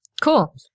Cool